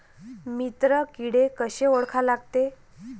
मित्र किडे कशे ओळखा लागते?